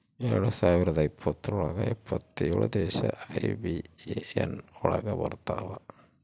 ಎರಡ್ ಸಾವಿರದ ಇಪ್ಪತ್ರೊಳಗ ಎಪ್ಪತ್ತೇಳು ದೇಶ ಐ.ಬಿ.ಎ.ಎನ್ ಒಳಗ ಬರತಾವ